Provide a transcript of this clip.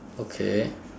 okay